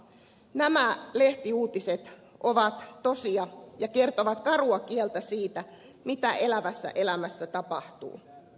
nämä uutiset ovat tosia ja kertovat karua kieltä siitä mitä elävässä elämässä tapahtuu